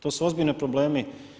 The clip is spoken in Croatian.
To su ozbiljni problemi.